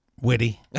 witty